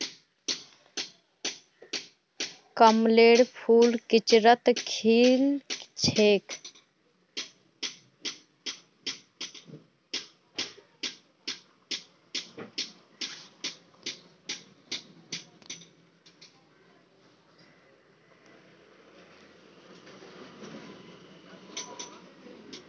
कमलेर फूल किचड़त खिल छेक